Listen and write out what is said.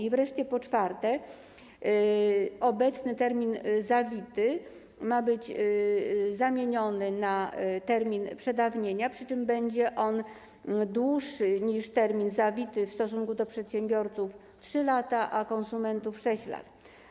I wreszcie po czwarte, obecny termin zawity ma być zamieniony na termin przedawnienia, przy czym będzie on dłuższy niż termin zawity: w stosunku do przedsiębiorców 3 lata, a w stosunku do konsumentów 6 lat.